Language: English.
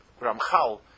Ramchal